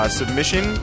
submission